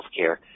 healthcare